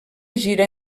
gira